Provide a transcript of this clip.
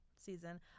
season